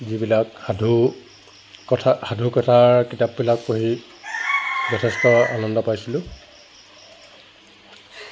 যিবিলাক সাধুকথা সাধুকথাৰ কিতাপবিলাক পঢ়ি যথেষ্ট আনন্দ পাইছিলোঁ